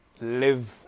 live